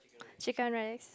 Chicken Rice